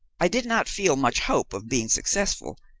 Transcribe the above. i did not feel much hope of being successful,